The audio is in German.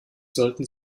sollten